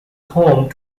home